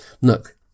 look